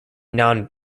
non